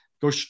Go